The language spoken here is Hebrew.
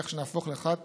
כך שנהפוך לאחת